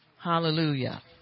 Hallelujah